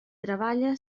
treballa